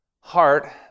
heart